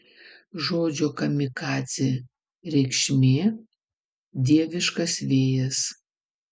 žodžio kamikadzė reikšmė dieviškas vėjas